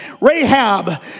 Rahab